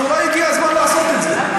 אז אולי הגיע הזמן לעשות את זה.